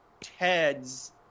Ted's